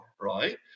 right